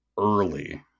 early